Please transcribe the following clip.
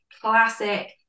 classic